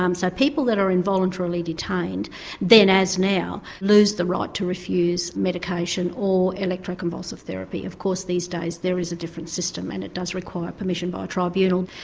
um so people that are involuntarily detained then, as now, lose the right to refuse medication or electroconvulsive therapy. of course these days there is a different system and it does require permission by a tribunal.